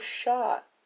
shot